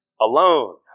alone